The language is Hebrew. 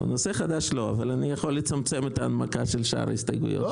נושא חדש לא אבל אני יכול לצמצם את ההנמקה של שאר ההסתייגויות,